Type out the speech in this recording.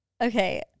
Okay